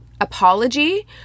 apology